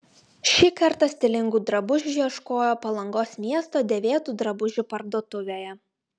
šį kartą stilingų drabužių ieškojo palangos miesto dėvėtų drabužių parduotuvėje